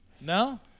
No